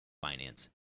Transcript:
Finance